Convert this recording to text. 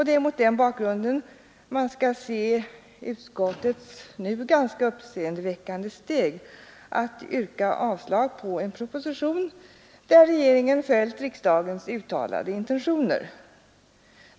Det är mot den bakgrunden man skall se utskottets nu ganska uppseendeväckande steg att yrka avslag på en proposition, där regeringen följt riksdagens uttalade intentioner.